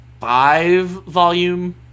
five-volume